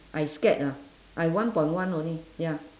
I scared ah I one point one only ya